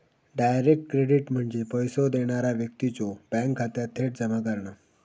direct credit म्हणजे पैसो देणारा व्यक्तीच्यो बँक खात्यात थेट जमा करणा